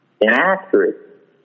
inaccurate